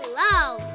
love